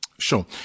Sure